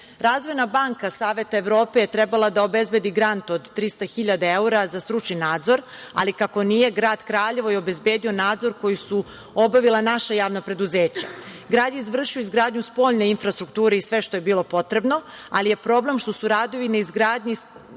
problemi. Razvojna banka Saveta Evrope trebala je da obezbedi grant od 300.000 evra za stručni nadzor, ali kako nije, grad Kraljevo je obezbedio nadzor koji su obavila naša javna preduzeća. Grad je izvršio izgradnju spoljne infrastrukture i sve što je bilo potrebno, ali je problem što su radovi na izgradnji